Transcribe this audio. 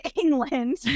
England